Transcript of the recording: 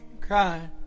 crying